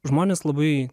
žmonės labai